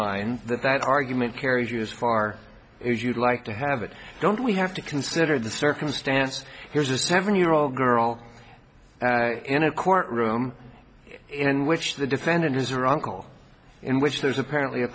mind that that argument carries you as far as you'd like to have it don't we have to consider the circumstance here's a seven year old girl in a court room in which the defendant is or uncle in which there's apparently a